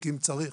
אם צריך,